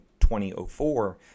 2004